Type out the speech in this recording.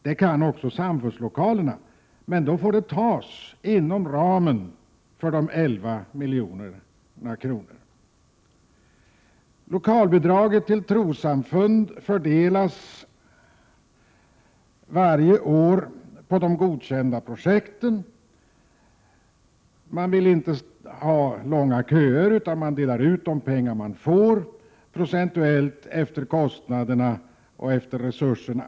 Det kan också samfundslokalerna få — men då får pengarna tas inom ramen för de 11 miljonerna. Lokalbidraget till trossamfund fördelas varje år på de godkända projekten. Man vill inte ha långa köer utan delar ut de pengar som finns — och det betalas alltså ut en viss procent av kostnaderna i förhållande till resurserna.